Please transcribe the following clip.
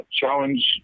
challenge